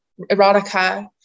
erotica